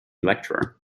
lecturer